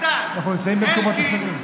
אנחנו נמצאים במקומות אחרים.